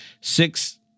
six